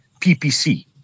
PPC